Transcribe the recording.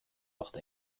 ucht